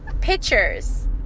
pictures